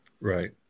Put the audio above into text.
Right